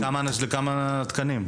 לכמה תקנים.